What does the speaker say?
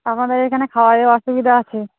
আমাদের এখানে খাওয়ার অসুবিধা আছে